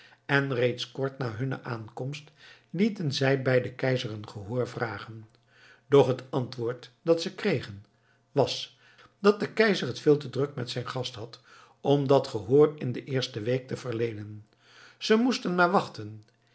en reeds kort na hunne aankomst lieten ze bij den keizer een gehoor vragen doch het antwoord dat ze kregen was dat de keizer het veel te druk met zijn gast had om dat gehoor in de eerste week te verleenen ze moesten maar wachten